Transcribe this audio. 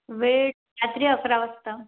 वेळ रात्री अकरा वाजता